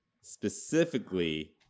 specifically